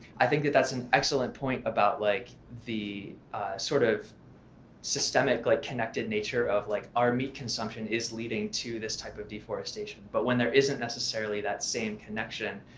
i think that that's an excellent point about like the sort of systemic like connected nature of like our meat consumption is leading to this type of deforestation. but when there isn't necessarily that same connection,